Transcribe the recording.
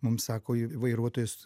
mum sako vairuotojas